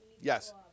Yes